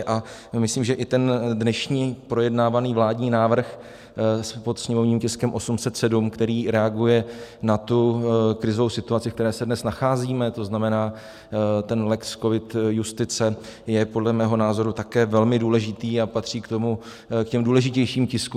A myslím, že i ten dnešní projednávaný vládní návrh pod sněmovním tiskem 807, který reaguje na tu krizovou situaci, v které se dnes nacházíme, to znamená ten lex covid justice, je podle mého názoru také velmi důležitý a patří k těm důležitějším tiskům.